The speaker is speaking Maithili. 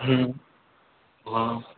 हँ